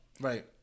Right